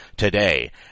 Today